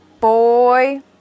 Boy